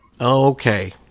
Okay